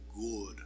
good